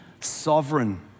sovereign